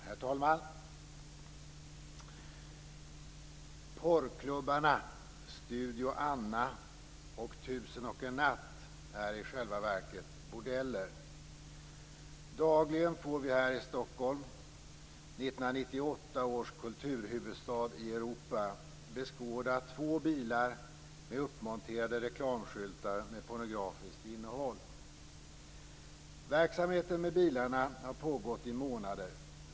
Herr talman! Porrklubbarna Studio Anna och Tusen och en natt är i själva verket bordeller. Dagligen får vi här i Stockholm, 1998 års kulturhuvudstad i Europa, beskåda två bilar med uppmonterade reklamskyltar med pornografiskt innehåll. Verksamheten med bilarna har pågått i månader.